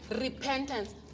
repentance